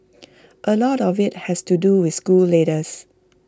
A lot of IT has to do with school leaders